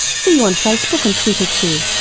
see you on facebook and twitter too.